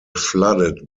flooded